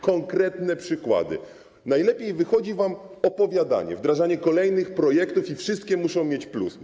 Konkretne przykłady: najlepiej wychodzi wam opowiadanie, wdrażanie kolejnych projektów i wszystkie muszą mieć „+”